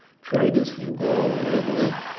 traders from gaul and italy,